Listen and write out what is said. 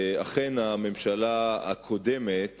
1. אכן, הממשלה הקודמת